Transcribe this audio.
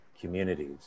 communities